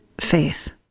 faith